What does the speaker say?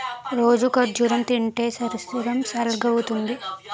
రోజూ ఖర్జూరం తింటే శరీరం సల్గవుతుంది